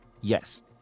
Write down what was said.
yes